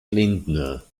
lindner